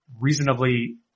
reasonably